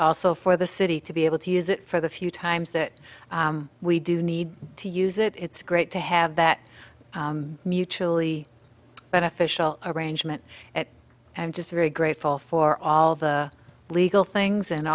also for the city to be able to use it for the few times that we do need to use it it's great to have that mutually beneficial arrangement i'm just very grateful for all the legal things and